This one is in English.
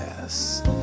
yes